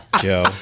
Joe